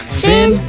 fin